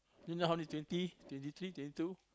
you know how many twenty twenty three twenty two